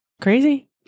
Crazy